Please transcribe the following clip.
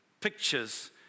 pictures